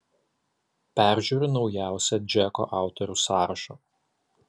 peržiūriu naujausią džeko autorių sąrašą